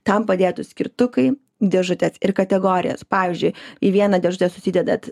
tam padėtų skirtukai dėžutės ir kategorijos pavyzdžiui į vieną dėžutę susidedat